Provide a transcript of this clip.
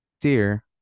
Dear